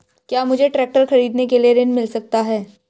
क्या मुझे ट्रैक्टर खरीदने के लिए ऋण मिल सकता है?